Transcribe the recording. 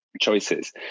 Choices